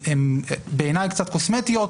בעיני קצת קוסמטיות,